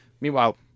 meanwhile